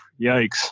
yikes